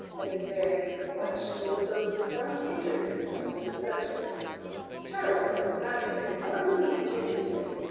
but his varying complexion bespoke the strong interest he felt in the subject charles, on the contrary, warmly entered into it,